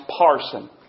parson